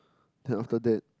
then after that